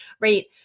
right